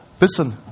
Listen